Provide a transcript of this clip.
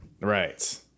right